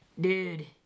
Dude